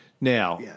now